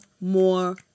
more